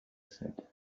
said